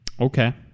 Okay